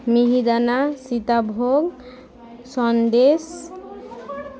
মিহিদানা sitabhog Sandesh